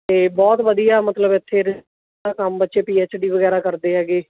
ਅਤੇ ਬਹੁਤ ਵਧੀਆ ਮਤਲਬ ਇੱਥੇ ਇਹ ਕੰਮ ਬੱਚੇ ਪੀ ਐੱਚ ਡੀ ਵਗੈਰਾ ਕਰਦੇ ਹੈਗੇ